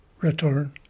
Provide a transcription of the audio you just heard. return